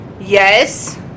Yes